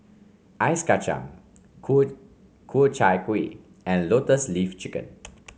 Ice Kachang Ku Ku Chai Kuih and Lotus Leaf Chicken